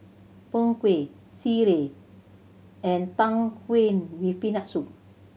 Png Kueh sireh and Tang Yuen with Peanut Soup